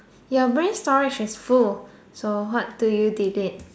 your brain storage is full so what do you delete